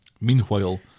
Meanwhile